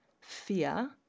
Fear